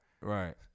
Right